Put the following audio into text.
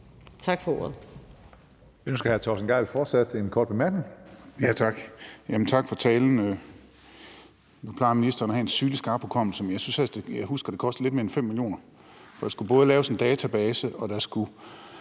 Tak for ordet.